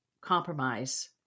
compromise